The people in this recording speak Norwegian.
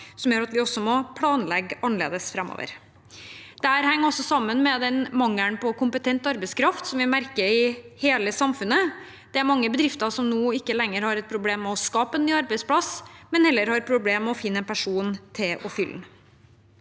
som gjør at vi må planlegge annerledes framover. Dette henger også sammen med mangelen på kompetent arbeidskraft som vi merker i hele samfunnet. Det er mange bedrifter som nå ikke lenger har et problem med å skape en ny arbeidsplass, men som heller har problemer med å finne en person til å fylle